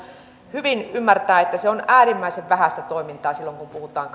hyvin ymmärtää että se on äärimmäisen vähäistä toimintaa silloin kun puhutaan